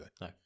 No